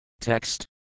Text